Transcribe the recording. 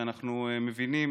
שאנחנו מבינים,